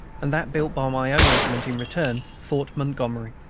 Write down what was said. and that built by my own regiment, in return, fort montgomery.